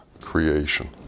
creation